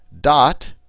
dot